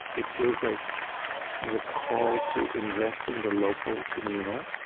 it feels like the call to invest in the local, communal,